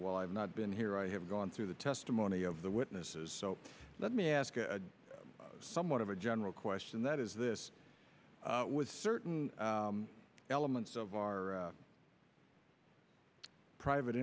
ill i've not been here i have gone through the testimony of the witnesses so let me ask a somewhat of a general question that is this with certain elements of our private